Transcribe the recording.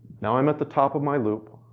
now i'm at the top of my loop.